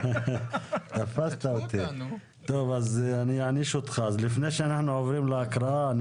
לפני שאנחנו עוברים להקראה,